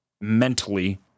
mentally